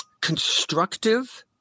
constructive